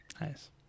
Nice